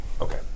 Okay